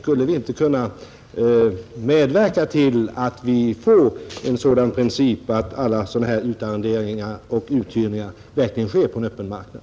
Skulle vi inte kunna medverka till att vi får en sådan princip att alla liknande utarrenderingar verkligen sker på en öppen marknad?